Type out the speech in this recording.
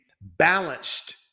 balanced